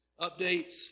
updates